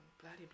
bloody